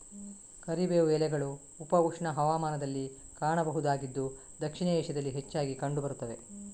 ಕರಿಬೇವು ಎಲೆಗಳು ಉಪ ಉಷ್ಣ ಹವಾಮಾನದಲ್ಲಿ ಕಾಣಬಹುದಾಗಿದ್ದು ದಕ್ಷಿಣ ಏಷ್ಯಾದಲ್ಲಿ ಹೆಚ್ಚಾಗಿ ಕಂಡು ಬರುತ್ತವೆ